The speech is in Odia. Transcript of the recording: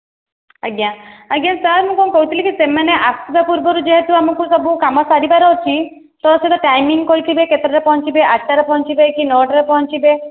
ଆଜ୍ଞା ଆଜ୍ଞା ସାର୍ ମୁଁ କ'ଣ କହୁଥିଲି କି ସେମାନେ ଆସିବା ପୂର୍ବରୁ ଯେହେତୁ ଆମକୁ ସବୁ କାମ ସାରିବାର ଅଛି ତ ସେଟା ଟାଇମିଙ୍ଗ କହିଥିବେ କେତେଟାରେ ପହଞ୍ଚିବେ ଆଠ ଟାରେ ପହଞ୍ଚିବେ କି ନଅ ଟାରେ ପହଞ୍ଚିବେ